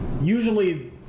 Usually